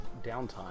downtime